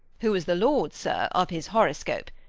who was the lord, sir, of his horoscope,